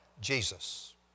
Jesus